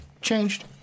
changed